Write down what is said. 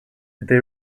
they